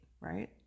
right